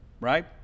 right